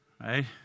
right